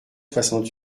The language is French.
soixante